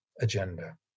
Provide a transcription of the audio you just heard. agenda